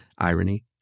irony